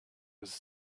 was